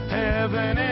heaven